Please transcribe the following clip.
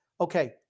Okay